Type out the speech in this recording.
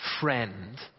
friend